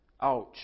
Ouch